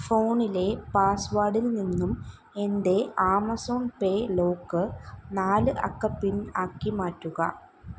ഫോണിലെ പാസ്വാഡിൽനിന്നും എന്റെ ആമസോൺ പേ ലോക്ക് നാല് അക്ക പിൻ ആക്കി മാറ്റുക